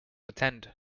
attend